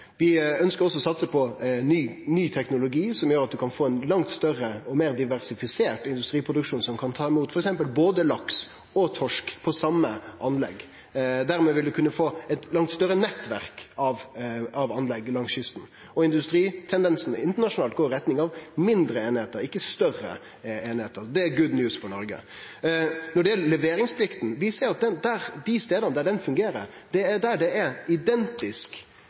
Vi ønskjer også å satse på ny teknologi som gjer at ein kan få ein langt større og meir diversifisert industriproduksjon, som kan ta imot f.eks. både laks og torsk på same anlegg. Dermed vil ein kunne få eit langt større nettverk av anlegg langs kysten. Industritendensane internasjonalt går i retning av mindre einingar, ikkje større. Dette er «good news» for Noreg. Når det gjeld leveringsplikta, ser vi at dei stadene ho fungerer, er der det er identisk